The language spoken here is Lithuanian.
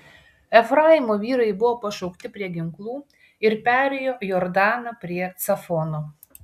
efraimo vyrai buvo pašaukti prie ginklų ir perėjo jordaną prie cafono